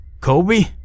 Kobe